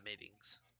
meetings